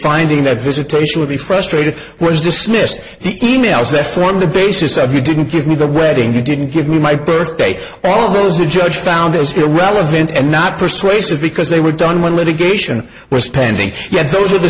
finding that visitation would be frustrated was dismissed the emails that form the basis of he didn't give me the reading he didn't give me my birthdate all those the judge found as irrelevant and not persuasive because they were done when litigation were spending yet those are the